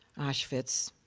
auschwitz,